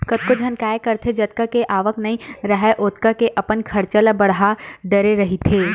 कतको झन काय करथे जतका के आवक नइ राहय ओतका के अपन खरचा ल बड़हा डरे रहिथे